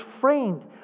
framed